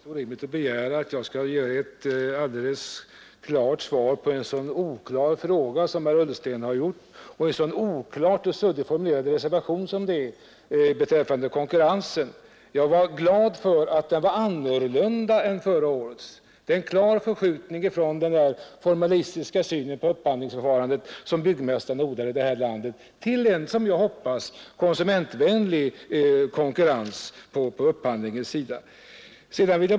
Herr talman! Det är helt orimligt att begära att jag skall lämna ett alldeles klart svar på en så oklar fråga som herr Ullsten har ställt och kommentera en så oklart och suddigt formulerad reservation som den som föreligger beträffande konkurrensen. Jag var glad att den var annorlunda än förra årets. Det är en klar förskjutning från den där formalistiska synen på upphandlingsförfarandet, som byggmästarna odlar i det här landet, till en som jag hoppas konsumentvänlig konkurrens på upphandlingssidan.